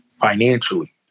financially